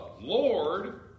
Lord